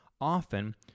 often